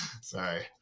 sorry